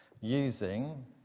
using